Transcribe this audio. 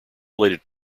related